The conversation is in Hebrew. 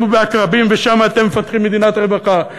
ובעקרבים ושם אתם מפתחים מדינת רווחה?